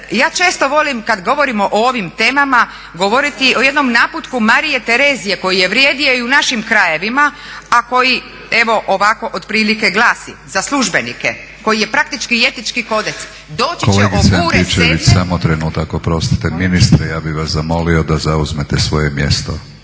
ja često volim kad govorim o ovim temama govoriti o jednom naputku Marije Terezije koji je vrijedio i u našim krajevima, a koji evo ovako otprilike glasi za službenike koji je praktički i etički kodeks doći će… **Batinić, Milorad (HNS)** Kolegice Antičević samo trenutak, oprostite. Ministre ja bi vas zamolio da zauzmete svoje mjesto.